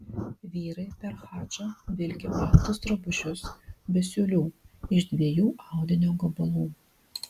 vyrai per hadžą vilki baltus drabužius be siūlių iš dviejų audinio gabalų